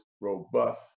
robust